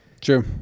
True